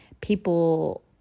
people